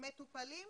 מטופלים.